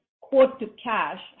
quote-to-cash